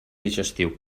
digestiu